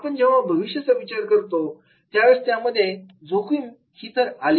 जेव्हा आपण भविष्याचा विचार करतो त्यावेळेला त्यामध्ये जोखीम ही आलीच